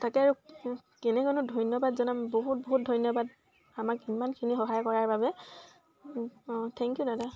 তাকে আৰু কেনেকৈনো ধন্যবাদ জনাম বহুত বহুত ধন্যবাদ আমাক ইমানখিনি সহায় কৰাৰ বাবে অঁ থেংক ইউ দাদা